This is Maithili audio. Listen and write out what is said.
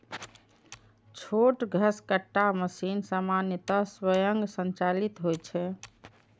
छोट घसकट्टा मशीन सामान्यतः स्वयं संचालित होइ छै